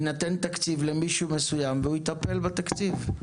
יינתן תקציב למישהו מסוים והוא יטפל בתקציב.